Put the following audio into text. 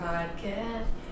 Podcast